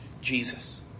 Jesus